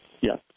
Yes